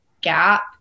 gap